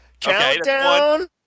countdown